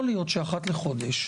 יכול להיות שאחת לחודש,